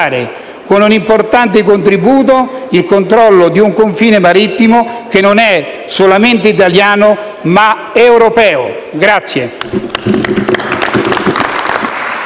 con un importante contributo il controllo di un confine marittimo che non è solamente italiano ma europeo.